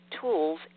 tools